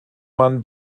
man